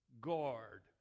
guard